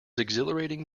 exhilarating